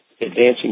advancing